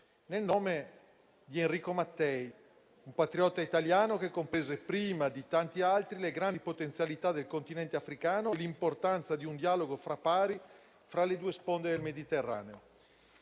nel nome di Enrico Mattei, un patriota italiano che comprese prima di tanti altri le grandi potenzialità del Continente africano e l'importanza di un dialogo alla pari fra le due sponde del Mediterraneo.